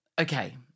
Okay